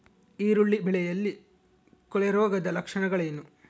ಈರುಳ್ಳಿ ಬೆಳೆಯಲ್ಲಿ ಕೊಳೆರೋಗದ ಲಕ್ಷಣಗಳೇನು?